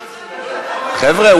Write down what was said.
חבר'ה,